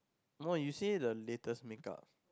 no you say the latest make-up